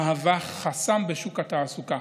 המהווה חסם בשוק התעסוקה,